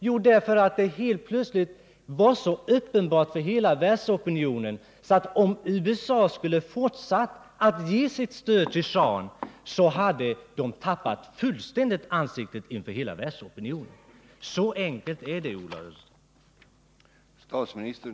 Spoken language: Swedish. Jo, därför att förhållandena helt plötsligt var så uppenbara för hela världsopinionen att om USA skulle ha fortsatt ge sitt stöd till shahen hade landet fullständigt tappat ansiktet inför hela denna världsopinion. Så enkelt är det, Ola Ullsten.